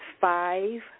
five